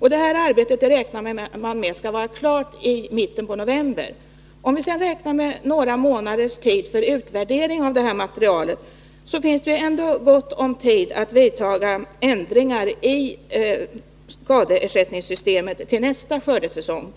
Man räknar med att det arbetet skall vara klart i mitten av november. Om vi sedan beräknar några månaders tid för utvärdering av materialet, finns det ändå gott om tid att vidta ändringar i skadeersättningssystemet till nästa skördesäsong.